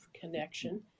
connection